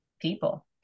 people